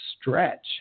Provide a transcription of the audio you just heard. stretch